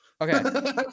Okay